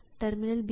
terminal B